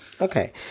Okay